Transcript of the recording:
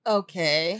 okay